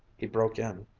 he broke in,